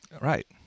Right